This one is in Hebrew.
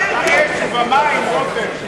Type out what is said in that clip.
באש ובמים, רותם.